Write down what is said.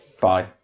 bye